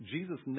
Jesus